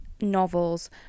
novels